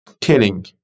killing